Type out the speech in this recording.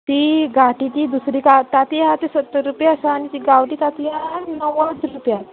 ती गाटी ती दुसरी ताती आहा ती सत्तर रुपया आसा आनी ती गांवठी ताती आहा णव्वद रुपया